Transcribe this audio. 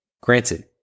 Granted